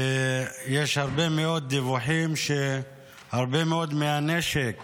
ויש הרבה מאוד דיווחים שהרבה מאוד מהנשק